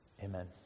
amen